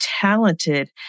talented